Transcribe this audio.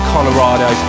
Colorado